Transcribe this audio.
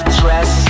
dress